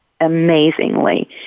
amazingly